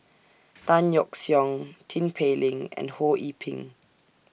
Tan Yeok Seong Tin Pei Ling and Ho Yee Ping